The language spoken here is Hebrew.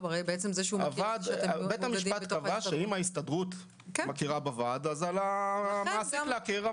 בית המשפט קבע שאם ההסתדרות מכירה בוועד אז על המעסיק להכיר בו,